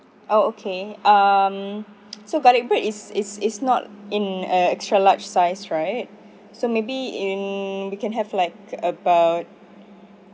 oh okay um so garlic bread is is is not in extra large size right so maybe in you can have like about